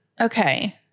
Okay